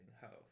health